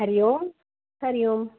Hari Om Hari Om